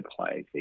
place